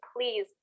please